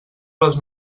les